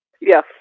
Yes